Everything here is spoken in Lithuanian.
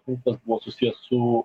punktas buvo susijęs su